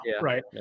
Right